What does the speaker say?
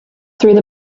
through